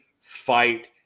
fight